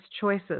choices